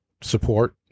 support